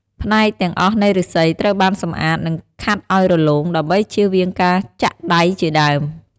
ផ្នែកទាំងអស់នៃឫស្សីត្រូវបានសម្អាត និងខាត់ឲ្យរលោង ដើម្បីជៀសវាងការចាក់ដៃជាដើម។